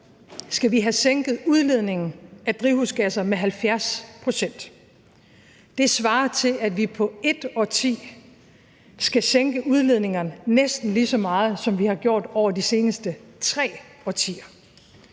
skal vi have sænket udledningen af drivhusgasser med 70 pct. Det svarer til, at vi på ét årti skal sænke udledningerne næsten lige så meget, som vi har gjort over de seneste tre årtier.